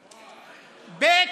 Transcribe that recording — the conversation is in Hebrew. ב.